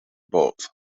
both